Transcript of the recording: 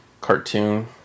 cartoon